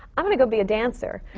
i'm going to go be a dancer.